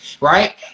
right